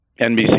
NBC